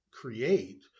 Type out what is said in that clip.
create